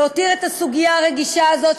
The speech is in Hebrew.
ויש להותיר את הסוגיה הרגישה הזאת,